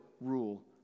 rule